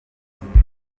business